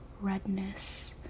redness